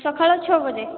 ସକାଳ ଛଅ ବଜେ